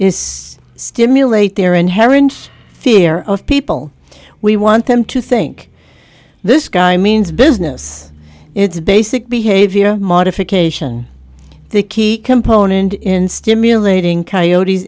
is stimulate their inherent fear of people we want them to think this guy means business it's basic behavior modification the key component in stimulating coyote